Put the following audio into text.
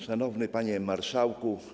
Szanowny Panie Marszałku!